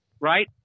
Right